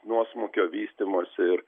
nuosmukio vystymosi ir